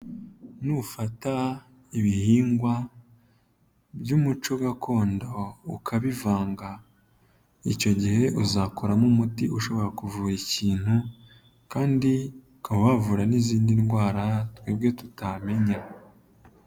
Nufata ibihingwa by'umuco gakondo ukabivanga icyo gihe uzakoramo umuti ushobora kuvura ikintu kandi ukaba wavura n'izindi ndwara twebwe tutamenya.